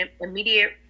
immediate